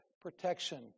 protection